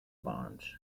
bonds